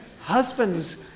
Husbands